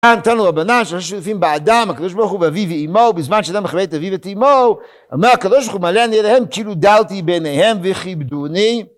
תנו רבנן שלושה שותפים באדם, הקדוש ברוך הוא ואביו ואימו, בזמן שאדם מכבד את אביו ואת אימו אמר הקדוש ברוך הוא מעלה אני עליהם כאילו דרתי ביניהם וכיבדוני